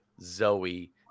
zoe